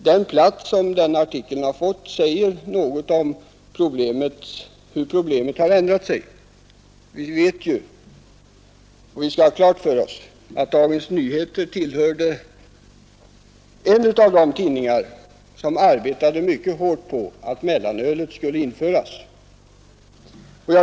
Den plats som artikeln har fått säger något om hur situationen har ändrats. Dagens Nyheter var en av de tidningar som arbetade mycket hårt för att mellanölet skulle införas.